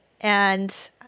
and-